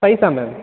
ப்ரைஸா ma'am